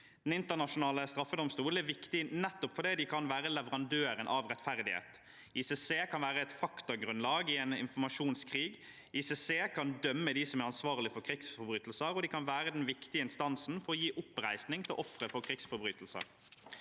Den internasjonale straffedomstolen er viktig, nettopp fordi den kan være leverandøren av rettferdighet. ICC kan være et faktagrunnlag i en informasjonskrig. ICC kan dømme dem som er ansvarlige for krigsforbrytelser, og de kan være den viktige instansen for å gi oppreisning til ofre for krigsforbrytelser.